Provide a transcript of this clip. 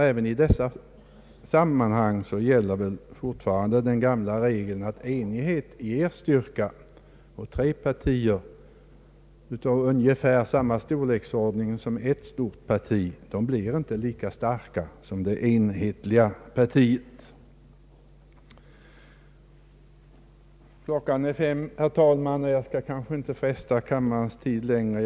även i dessa sammanhang gäller väl fortfarande den gamla regeln att enighet ger styrka. Tre partier tillsammans av ungefär samma storleksordning som ett större parti blir inte lika starka som det enhetliga partiet. Herr talman! Klockan är 5 och jag skall inte längre ta kammarens tid i anspråk.